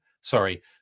Sorry